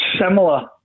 similar